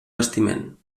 bastiment